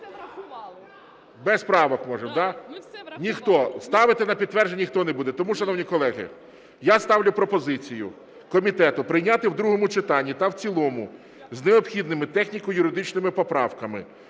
Без правок можемо, да? Ніхто, ставити на підтвердження ніхто не буде. Тому, шановні колеги, я ставлю пропозицію комітету прийняти в другому читанні та в цілому з необхідними техніко-юридичними поправками